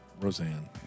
Roseanne